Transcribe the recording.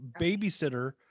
babysitter